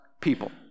people